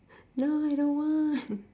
no I don't want